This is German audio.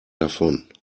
davon